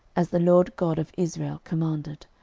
as the lord god of israel commanded